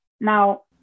Now